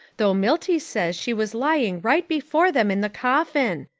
though milty says she was lying right before them in the coffin.